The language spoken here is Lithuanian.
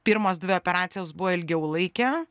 pirmos dvi operacijos buvo ilgiau laikė